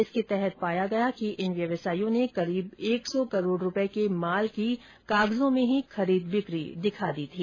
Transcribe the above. इसके तहत पाया गया कि इन व्यवसाइयों ने करीब एक सौ करोड़ रूपये के माल की कागजों में ही खरीद बिकी दिखा दी थी